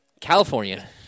California